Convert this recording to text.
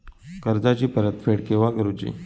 कर्जाची परत फेड केव्हा करुची?